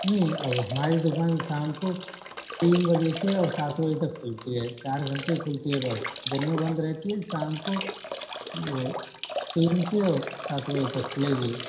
नहीं अब हमारी दुकान शाम को तीन बजे से और सात बजे तक खुलती हैं चार घंटे खुलती हैं बस दिन में बंद रहती है शाम को वो तीन से सात बजे तक खुलेगी